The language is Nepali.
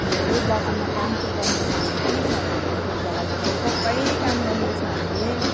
यही बगानमा काम चाहिँ गर्नुपर्छ हामीले के छ भनेदेखिको बगानमा काम सबै काम गर्नुपर्छ हामीले